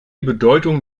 bedeutung